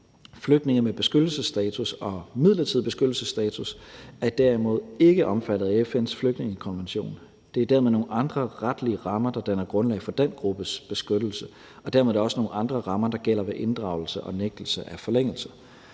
Flygtninge med beskyttelsesstatus og midlertidig beskyttelsesstatus er derimod ikke omfattet af FN's flygtningekonvention. Det er dermed nogle andre retlige rammer, der danner grundlag for den gruppes beskyttelse, og dermed er det også nogle andre rammer, der gælder ved inddragelse og nægtelse af forlængelse.